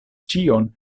ĉion